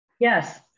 Yes